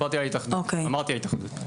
אמרתי ההתאחדות.